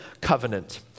Covenant